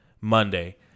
Monday